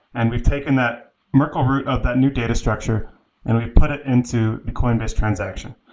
and we've taken that merkle route of that new data structure and we put it into a coinbase transactions.